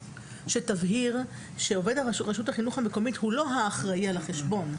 שתבהיר שעובד רשות החינוך המקומית הוא לא האחראי על החשבון.